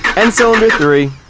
and cylinder three.